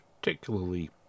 particularly